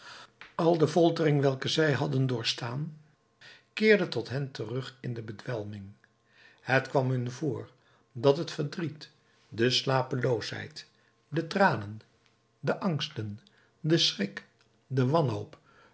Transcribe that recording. al de foltering welke zij hadden doorgestaan keerde tot hen terug in bedwelming het kwam hun voor dat het verdriet de slapeloosheid de tranen de angsten de schrik de wanhoop